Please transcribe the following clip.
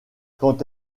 quand